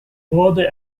wurde